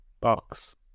Box